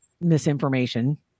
misinformation